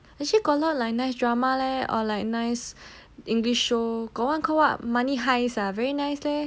actually got a lot of nice drama leh or like nice english show got one call what money heist ah very nice leh